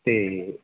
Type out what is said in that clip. ਅਤੇ